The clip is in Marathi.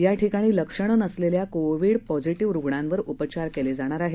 या ठिकाणी लक्षण नसलेल्या कोविड पॉझीटिव्ह रुग्णांवर उपचार केले जाणार आहेत